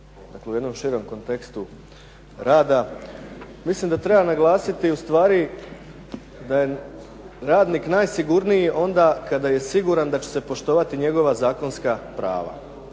u jednom širem kontekstu rada. Mislim da treba naglasiti ustvari da je radnik najsigurniji onda kada je siguran da će se poštovati njegova zakonska prava.